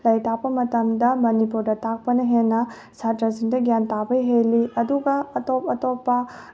ꯂꯥꯏꯔꯤꯛ ꯇꯥꯛꯄ ꯃꯇꯝꯗ ꯃꯅꯤꯄꯨꯔꯗ ꯍꯦꯟꯅ ꯁꯥꯇ꯭ꯔꯁꯤꯡꯗ ꯒ꯭ꯌꯥꯟ ꯇꯥꯕ ꯍꯦꯜꯂꯤ ꯑꯗꯨꯒ ꯑꯇꯣꯞ ꯑꯇꯣꯞꯄ